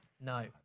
No